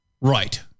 Right